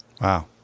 Wow